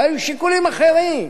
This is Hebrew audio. אבל היו שיקולים אחרים.